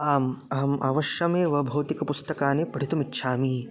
आम् अहम् अवश्यमेव भौतिकपुस्तकानि पठितुम् इच्छामि